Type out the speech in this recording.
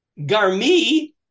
Garmi